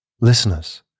listeners